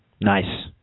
Nice